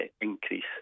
increase